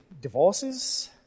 divorces